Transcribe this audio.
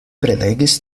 prelegis